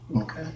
Okay